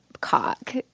cock